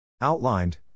Outlined